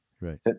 Right